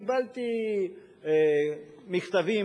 קיבלתי מכתבים,